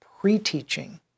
pre-teaching